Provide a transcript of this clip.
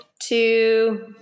two